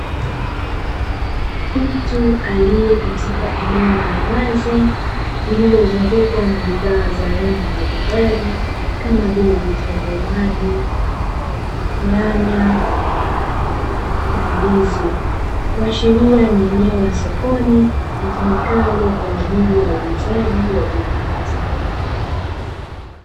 Mtu aliye katika eneo la wazi, lililozungukwa na bidhaa za aina mbalimbali, kama vile; vitunguu maji, nyanya na ndizi, kuashiria ni eneo la sokoni litumikalo kwa ajili ya uuzaji wa bidhaa za aina mbalimbali.